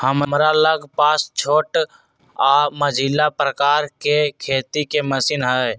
हमरा लग पास छोट आऽ मझिला प्रकार के खेती के मशीन हई